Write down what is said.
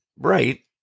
Right